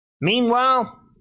Meanwhile